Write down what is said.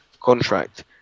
contract